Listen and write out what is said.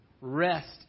Rest